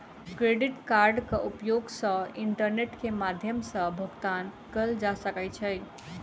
debit कार्डक उपयोग सॅ इंटरनेट के माध्यम सॅ भुगतान कयल जा सकै छै